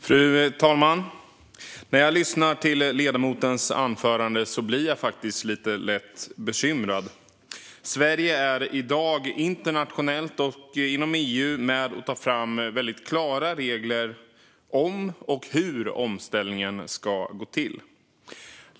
Fru talman! När jag lyssnar till ledamotens anförande blir jag faktiskt lite lätt bekymrad. Sverige är i dag internationellt och inom EU med och tar fram klara regler för om omställningen ska göras och hur den ska gå till.